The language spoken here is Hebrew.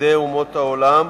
לחסידי אומות העולם,